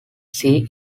sea